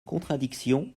contradiction